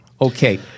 okay